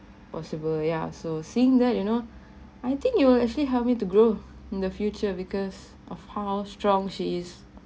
possible ya so seeing that you know I think it will actually help me to grow in the future because of how strong she is